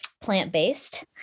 plant-based